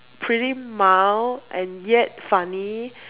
pretty mild and yet funny